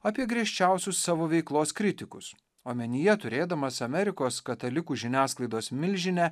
apie griežčiausius savo veiklos kritikus omenyje turėdamas amerikos katalikų žiniasklaidos milžinę